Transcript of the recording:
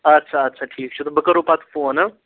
اَدٕسا آدٕسا ٹھیٖک چھُ تہٕ بہٕ کَرو پَتہٕ فون ہہ